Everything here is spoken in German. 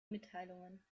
mitteilungen